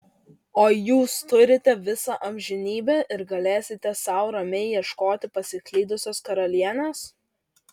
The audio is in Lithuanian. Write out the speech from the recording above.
o jūs turite visą amžinybę ir galėsite sau ramiai ieškoti pasiklydusios karalienės